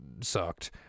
sucked